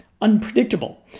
unpredictable